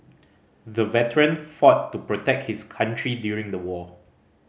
the veteran fought to protect his country during the war